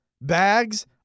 bags